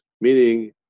Meaning